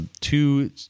two